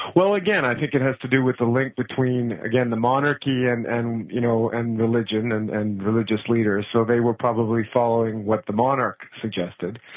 well, again, i think it has to do with the link between again the monarchy and and, you know, and religion and and religious leaders, so they were probably following what the monarch suggested.